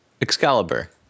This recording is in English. Excalibur